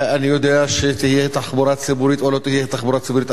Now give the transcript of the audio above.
אני יודע שתהיה תחבורה ציבורית או לא תהיה תחבורה ציבורית,